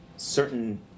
certain